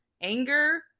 anger